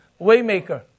Waymaker